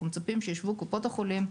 אנחנו מצפים שישבו קופות החולים,